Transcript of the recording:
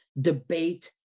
debate